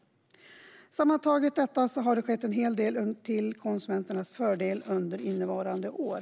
Sammantaget innebär detta att det har skett en hel del till konsumenternas fördel under innevarande år.